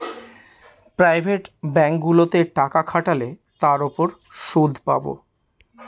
private ব্যাঙ্কগুলোতে টাকা খাটালে তার উপর সুদ পাবো